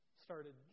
started